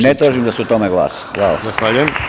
Ne tražim da se o tome glasa.